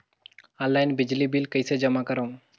Online बिजली bill कइसे जमा करव?